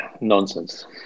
Nonsense